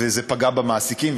וזה פגע במעסיקים,